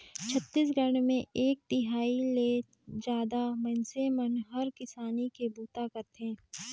छत्तीसगढ़ मे एक तिहाई ले जादा मइनसे मन हर किसानी के बूता करथे